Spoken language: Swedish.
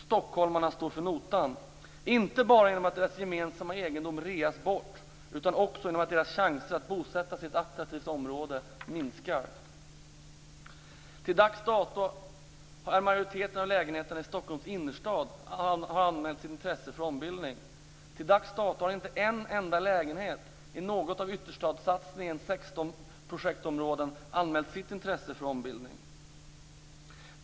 Stockholmarna står för notan, inte bara genom att deras gemensamma egendom reas bort utan också genom att deras chanser att bosätta sig i ett attraktivt område minskar. Till dags dato har för en majoritet av lägenheterna i Stockholms innerstad anmälts intresse för ombildning. Till dags dato har man inte för en enda lägenhet i något av ytterstadssatsningens 16 projektområden anmält sitt intresse för ombildning.